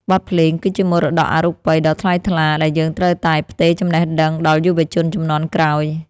បទភ្លេងគឺជាមរតកអរូបិយដ៏ថ្លៃថ្លា ដែលយើងត្រូវតែផ្ទេរចំណេះដឹងដល់យុវជនជំនាន់ក្រោយ។